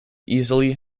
easily